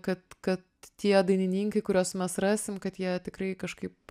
kad kad tie dainininkai kuriuos mes rasim kad jie tikrai kažkaip